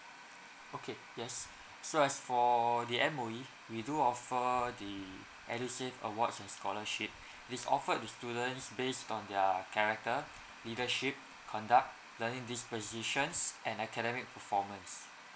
okay yes so as for the M_O_E we do offer the edusave awards and scholarship this is offered to students based on their character leadership conduct learning dispositions and academic performance